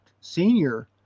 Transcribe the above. senior